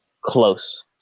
close